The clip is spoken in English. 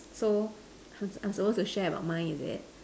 so I'm so I'm supposed to share about mine is it